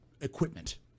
equipment